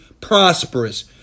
prosperous